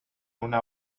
una